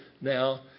now